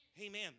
Amen